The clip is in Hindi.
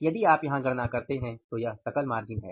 यदि आप यहां गणना करते हैं तो यह सकल मार्जिन है